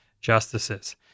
justices